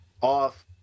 off